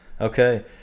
Okay